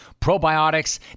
probiotics